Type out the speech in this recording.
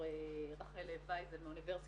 ואיריס